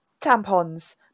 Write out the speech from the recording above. tampons